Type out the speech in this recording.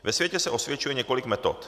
Ve světě se osvědčuje několik metod.